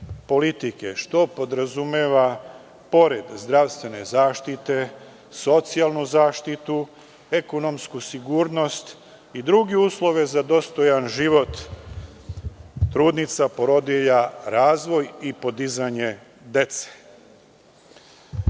što podrazumeva, pored zdravstvene zaštite, socijalnu zaštitu, ekonomsku sigurnost i druge uslove za dostojan život trudnica, porodilja, razvoj i podizanje dece.Za